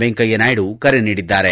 ವೆಂಕಯ್ಣನಾಯ್ಡು ಕರೆ ನೀಡಿದ್ದಾರೆ